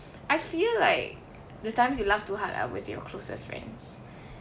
I feel like the times you laughed too hard are with your closest friends